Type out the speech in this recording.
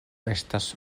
estas